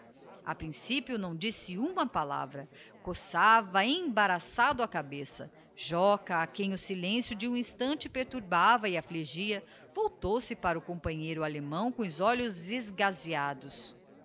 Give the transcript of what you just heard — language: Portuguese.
a principio não disse uma palavra coçava embaraçado a cabeça joca a quem o silencio de um instante perturbava e affligia voltou-se para o companheiro allemão com os olhos esgazeados